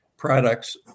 products